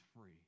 free